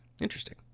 Interesting